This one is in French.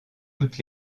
toute